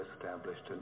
established